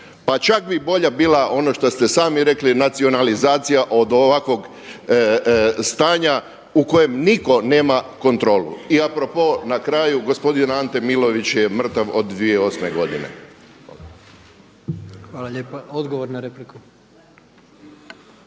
Pa čak bi bolja bila ono što ste sami rekli nacionalizacija od ovakvog stanja u kojem niko nema kontrolu. I a propos na kraju, gospodin Ante Milović je mrtav od 2008. godine.